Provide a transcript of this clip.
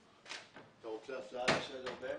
אתה רוצה הצעה לסדר שנייה?